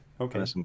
okay